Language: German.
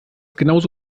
genauso